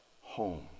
home